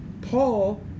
Paul